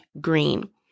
green